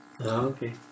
okay